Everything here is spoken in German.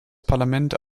parlament